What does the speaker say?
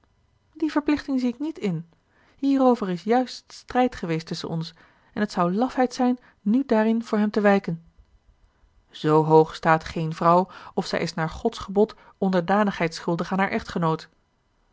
die verplichting zie ik niet in hierover is juist strijd geweest tusschen ons en het zou lafheid zijn nu daarin voor hem te wijken z hoog staat geene vrouw of zij is naar gods gebod onderdanigheid schuldig aan haar echtgenoot